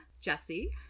jesse